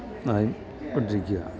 ആയി കൊണ്ടിരിക്കുകയാണ്